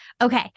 okay